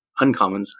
uncommons